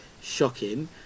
shocking